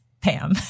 Pam